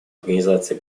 организации